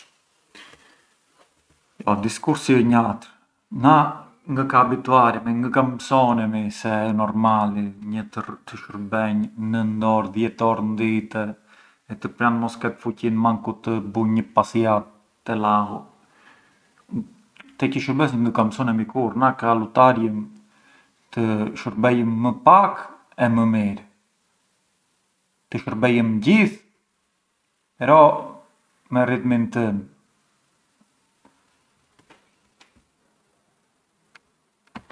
Diskursi ë njatr, na ngë ka abituaremi se ë normali një të shurbenj nënd orë, dhjetë orë ndite të pram mos ketë fuqin manku të bunj një pasiat te laghu, te kji shurbes ngë ka mësonemi kurrë, na ka lutarjëm të shurbejëm më pak e më mirë. Të shurbejëm gjithë, però me ritmin tënë.